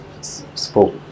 spoke